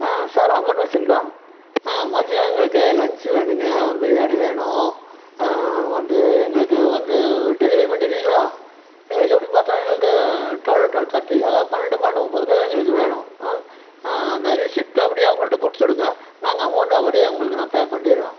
sir Amman மெஸ்ஸுங்களா மதியம் எங்களுக்கு லஞ்ச் வேணுங்க பிரியாணி வேணும் அண்ட் எங்களுக்கு வந்து டெலிவரி பண்ணிடுறீங்களா எங்களுக்கு எப்படி பார்த்தாலும் எங்களுக்கு டுவெல் டுவெல் தர்ட்டி அதாவது பன்னெண்டு பன்னெண்டு முப்பதுக்குள்ளே எங்களுக்கு வேணும் அந்த ரிஸிப்டை அப்படியே அவங்கள்ட கொடுத்துடுங்க நாங்கள் அமோன்டை அப்படியே உங்களுக்கு நான் பே பண்ணிடுறோம்